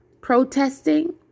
protesting